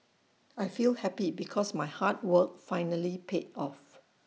I feel happy because my hard work finally paid off